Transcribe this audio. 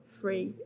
free